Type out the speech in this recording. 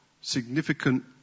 significant